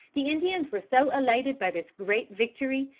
the indians were so elated by this great victory,